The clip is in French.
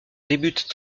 débute